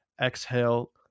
exhale